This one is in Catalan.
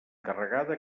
carregada